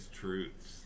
truths